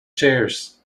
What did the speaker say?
chairs